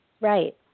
Right